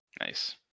Nice